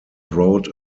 wrote